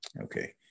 Okay